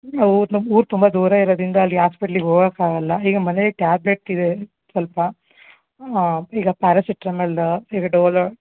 ಅವು ನಮ್ಮ ಊರು ತುಂಬ ದೂರ ಇರೋದ್ರಿಂದ ಅಲ್ಲಿ ಆಸ್ಪೆಟ್ಲಿಗೆ ಹೋಗಕ್ಕೆ ಆಗೋಲ್ಲ ಈಗ ಮನೇಲಿ ಟ್ಯಾಬ್ಲೆಟ್ ಇದೆ ಸ್ವಲ್ಪ ಈಗ ಪ್ಯಾರಸಿಟ್ರಮಲ್ಲ ಈಗ ಡೋಲೊ